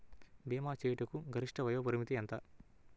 భీమా చేయుటకు గరిష్ట వయోపరిమితి ఎంత?